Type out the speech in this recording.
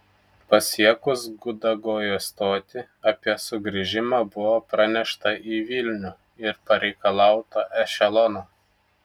pasiekus gudagojo stotį apie sugrįžimą buvo pranešta į vilnių ir pareikalauta ešelono